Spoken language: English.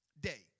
day